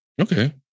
Okay